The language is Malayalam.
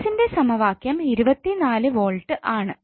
Vs ന്റെ സമവാക്യം 24v എന്നാണ്